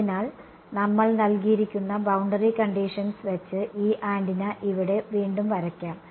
അതിനാൽ നമ്മൾ നൽകിയിരിക്കുന്ന ബൌണ്ടറി കണ്ടിഷൻസ് വെച്ച് ഈ ആന്റിന ഇവിടെ വീണ്ടും വരയ്ക്കാം